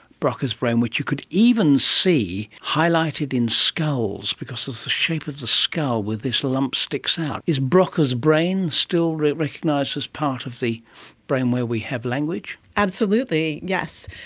broca's brain, which you could even see highlighted in skulls because of the shape of the skull where this lump sticks out. is broca's brain still recognised as part of the brain where we have language? absolutely, yes.